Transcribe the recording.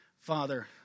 Father